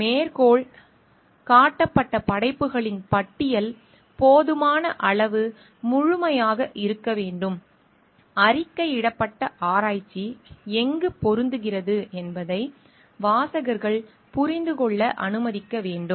மேற்கோள் காட்டப்பட்ட படைப்புகளின் பட்டியல் போதுமான அளவு முழுமையாக இருக்க வேண்டும் அறிக்கையிடப்பட்ட ஆராய்ச்சி எங்கு பொருந்துகிறது என்பதை வாசகர்கள் புரிந்து கொள்ள அனுமதிக்க வேண்டும்